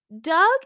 Doug